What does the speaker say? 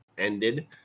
ended